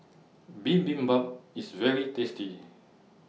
Bibimbap IS very tasty